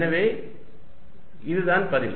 எனவே இதுதான் பதில்